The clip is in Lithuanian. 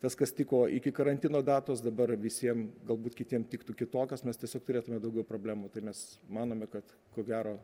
tas kas tiko iki karantino datos dabar visiem galbūt kitiem tiktų kitokios mes tiesiog turėtume daugiau problemų tai mes manome kad ko gero